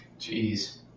Jeez